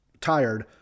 tired